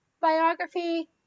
biography